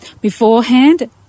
beforehand